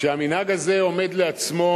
כשהמנהג הזה עומד לעצמו,